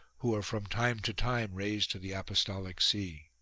who are from time to time raised to the apostolic see.